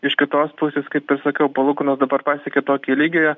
iš kitos pusės kaip ir sakiau palūkanos dabar pasiekė tokį lygį